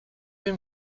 vais